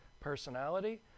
personality